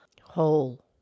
whole